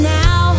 now